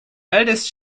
eldest